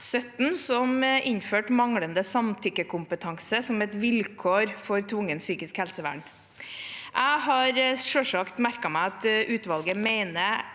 2017 som innførte manglende samtykkekompetanse som vilkår for tvungent psykisk helsevern. Jeg har selvsagt merket meg at utvalget mener